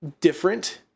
different